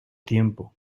tiempo